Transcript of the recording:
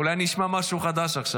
אולי נשמע משהו חדש עכשיו.